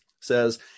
says